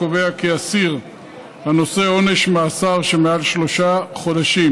קובע כי אסיר הנושא עונש מאסר של מעל שלושה חודשים